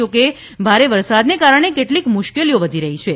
જોકે ભારે વરસાદને કારણે કેટલીક મુશ્કેલીઓ વધી રહી છે